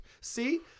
see